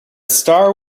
star